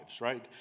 right